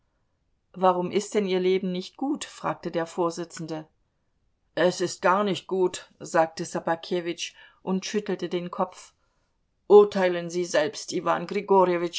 warum ist denn ihr leben nicht gut fragte der vorsitzende es ist gar nicht gut sagte ssobakewitsch und schüttelte den kopf urteilen sie selbst iwan